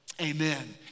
amen